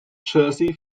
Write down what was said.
jersey